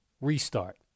restart